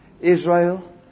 Israel